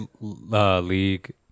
League